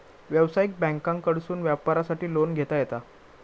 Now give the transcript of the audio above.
व्यवसायिक बँकांकडसून व्यापारासाठी लोन घेता येता